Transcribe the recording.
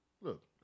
look